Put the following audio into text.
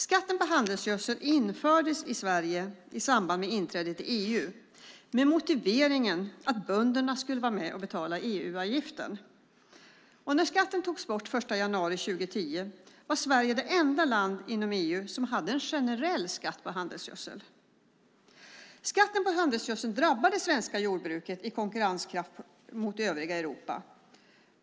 Skatten på handelsgödsel infördes i Sverige i samband med inträdet i EU och då med motiveringen att bönderna skulle vara med och betala EU-avgiften. När skatten den 1 januari 2010 togs bort var Sverige det enda landet i EU som hade en generell skatt på handelsgödsel. Skatten på handelsgödsel drabbar svenskt jordbruks konkurrenskraft gentemot det övriga Europa.